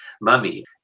mummy